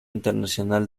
internacional